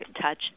touch